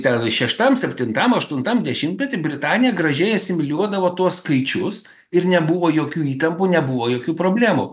ten šeštam septintam aštuntam dešimtmety britanija gražiai asimiliuodavo tuos skaičius ir nebuvo jokių įtampų nebuvo jokių problemų